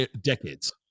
decades